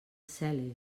cel